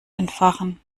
entfachen